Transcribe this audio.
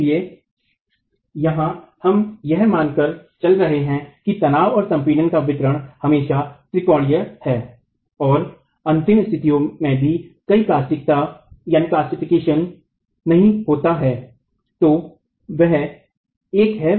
इसलिए यहां हम यह मानकर चल रहे हैं कि तनाव और संपीडन का वितरण हमेशा त्रिकोणीय है और अंतिम स्थितियों में भी कोई प्लास्टिकता यानि प्लास्टिफिकेशन नहीं होता है